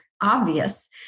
obvious